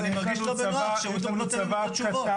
אני מרגיש לא בנוח, שהם צריכים לתת תשובות.